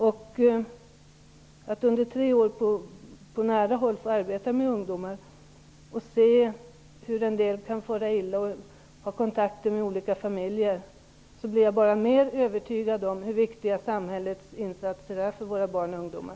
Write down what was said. Av att under tre år på nära håll ha fått arbeta med ungdomar och se hur en del kan fara illa, och av att ha kontakter med olika familjer har jag bara blivit mer övertygad om hur viktiga samhällets insatser är för våra barn och ungdomar.